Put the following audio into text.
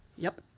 yup.